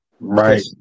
Right